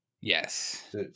yes